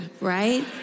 right